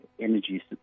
energy